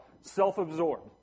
self-absorbed